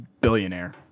billionaire